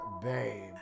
Babe